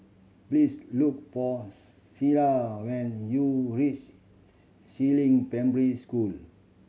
please look for Selah when you reach Si Ling Primary School